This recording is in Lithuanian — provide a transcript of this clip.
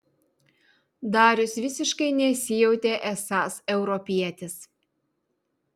darius visiškai nesijautė esąs europietis